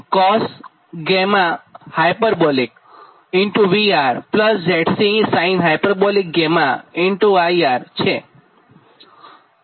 તો V cosh𝛾∗𝑉𝑅𝑍𝐶sinh𝛾∗𝐼𝑅 આ સમીકરણ 38 છે